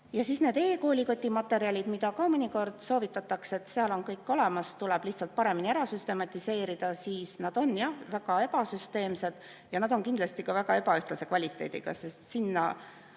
Ja need e-koolikoti materjalid, mida ka mõnikord soovitatakse, et seal on kõik olemas, tuleb lihtsalt paremini ära süstematiseerida. Need on väga ebasüsteemsed ja kindlasti ka väga ebaühtlase kvaliteediga, sest sinna